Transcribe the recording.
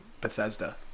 Bethesda